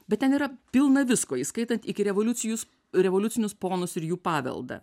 bet ten yra pilna visko įskaitant ikirevoliucinius revoliucinius ponus ir jų paveldą